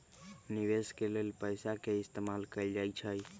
निवेश के लेल पैसा के इस्तमाल कएल जाई छई